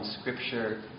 scripture